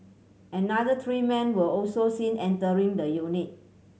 another three men were also seen entering the unit